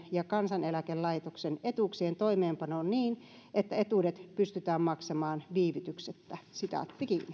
ja kansaneläkelaitoksen etuuksien toimeenpanon niin että etuudet pystytään maksamaan viivytyksettä